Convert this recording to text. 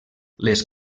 les